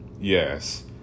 Yes